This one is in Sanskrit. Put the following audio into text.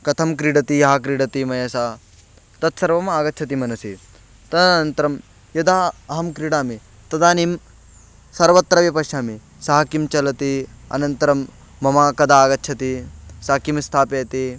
कथं क्रीडति यः क्रीडति मया सह तत्सर्वम् आगच्छति मनसि तद् अनन्तरं यदा अहं क्रीडामि तदानीं सर्वत्रैव पश्यामि सः किं चलति अनन्तरं मम कदा आगच्छति सः किं स्थापयति